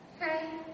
Hi